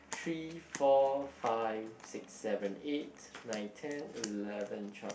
three four five six seven eight nine ten eleven twelve